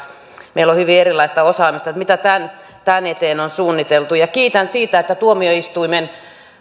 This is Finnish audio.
meillä on hyvin erilaista osaamista mitä tämän tämän eteen on suunniteltu kiitän siitä että tuomioistuimen